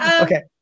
Okay